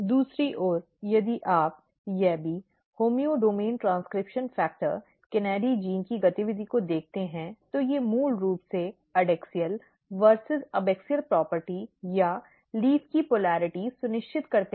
दूसरी ओर यदि आप YABBY होम्योडोमैन प्रतिलेखन कारक KANADI जीन की गतिविधि को देखते हैं तो वे मूल रूप से एडैक्सियल बनाम एबैक्सियल प्रॉपर्टी या पत्ती की ध्रुवीयता सुनिश्चित करते हैं